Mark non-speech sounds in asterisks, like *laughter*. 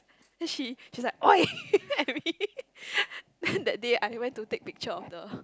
then she she's like !oi! *laughs* at me then that day I went to take picture of the